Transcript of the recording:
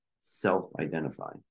self-identify